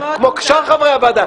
כמו שאר חברי הוועדה.